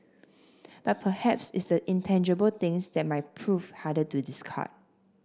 but perhaps it's the intangible things that might prove harder to discard